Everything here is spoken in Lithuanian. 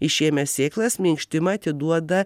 išėmę sėklas minkštimą atiduoda